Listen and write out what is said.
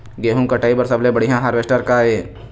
गेहूं कटाई बर सबले बढ़िया हारवेस्टर का ये?